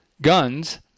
Guns